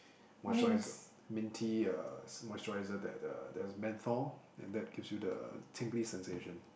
moisturiser minty uh moisturiser that uh that's menthol and that gives you the tingly sensation